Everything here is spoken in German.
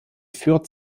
führt